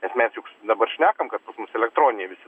nes mes juk dabar šnekam kad elektroniniai visi